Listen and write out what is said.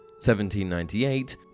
1798